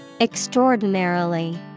Extraordinarily